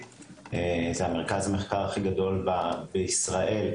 וזה מצב שמלבד כותרות בעיתונים שאנחנו מובילים בעולם,